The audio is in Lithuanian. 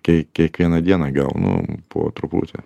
kai kiekvieną dieną gal nu po truputį